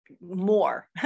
more